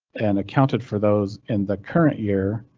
an accounted for those in the current year.